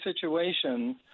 situation